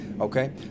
Okay